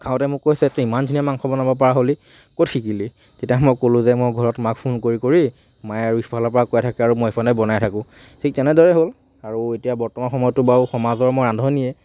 খাওঁতে মোক কৈছে তই ইমান ধুনীয়া মাংস বনাব পৰা হ'লি ক'ত শিকিলি তেতিয়া মই ক'লো যে মই ঘৰত মাক ফোন কৰি কৰি মায়ে আৰু ইফালৰ পৰা কৈ থাকে আৰু মই ইফালে বনাই থাকোঁ ঠিক তেনেদৰে হ'ল আৰু এতিয়া বৰ্তমান সময়তটো বাৰু সমাজৰ মই ৰান্ধনিয়ে